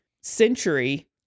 Century